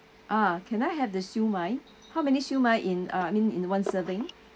ah can I have the siew mai how many siew mai in uh I mean in one serving